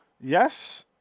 Yes